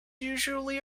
usually